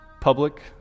public